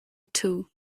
too